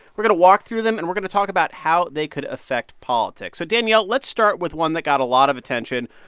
we're going to walk through them, and we're going to talk about how they could affect politics so, danielle, let's start with one that got a lot of attention.